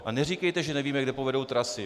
A neříkejte, že nevíme, kde povedou trasy.